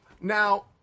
Now